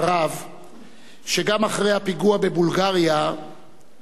שגם אחרי הפיגוע בבולגריה יש מי שחושב